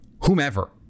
whomever